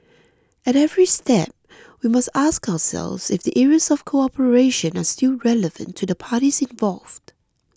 at every step we must ask ourselves if the areas of cooperation are still relevant to the parties involved